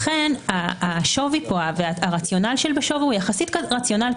לכן הרציונל של השווי הוא יחסית כן הגיוני,